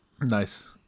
Nice